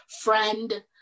friend